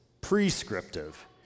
prescriptive